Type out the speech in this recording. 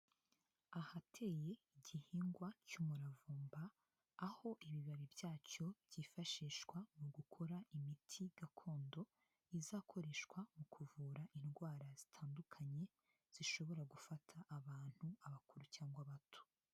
Ahateye igihingwa cy'umuravumba aho ibibabi byacyo byifashishwa mugukora imiti gakondo izakoreshwa mu kuvura indwara zitandukanye zishobora gufata abantu abakuru cyangwa bato.